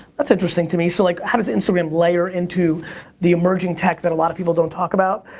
that's interesting to me, so, like how does instagram layer into the emerging tech that a lot of people don't talk about?